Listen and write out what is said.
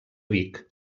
vic